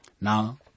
Now